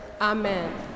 Amen